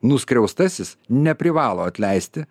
nuskriaustasis neprivalo atleisti